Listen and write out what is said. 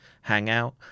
hangout